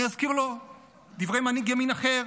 אני אזכיר לו דברי מנהיג ימין אחר,